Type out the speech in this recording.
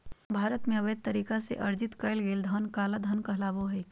भारत में, अवैध तरीका से अर्जित कइल गेलय धन काला धन कहलाबो हइ